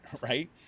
Right